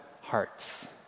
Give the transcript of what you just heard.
hearts